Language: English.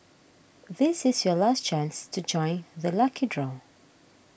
this is your last chance to join the lucky draw